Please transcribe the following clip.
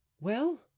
Well